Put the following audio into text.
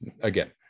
again